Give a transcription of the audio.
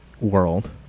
world